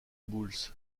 bulls